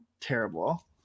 terrible